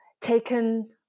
taken